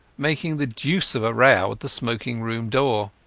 making the deuce of a row at the smoking-room door.